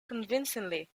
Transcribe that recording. convincingly